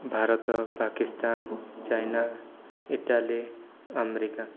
Bharat Pakistan China Italy America